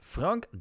Frank